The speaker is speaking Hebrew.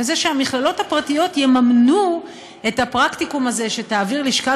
שהמכללות הפרטיות יממנו את הפרקטיקום הזה שתעביר לשכת